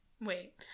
wait